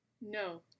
No